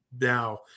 Now